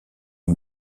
est